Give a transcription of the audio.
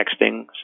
texting